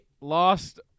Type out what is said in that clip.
lost